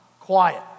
quiet